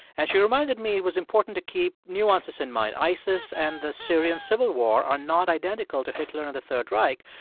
and she reminded me it was important to keep nuances in mind isis and the syrian civil war are not identical to hitler and the third reich.